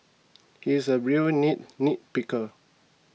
he is a real neat nitpicker